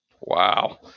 Wow